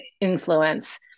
influence